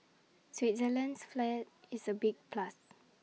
Switzerland's flag is A big plus